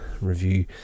review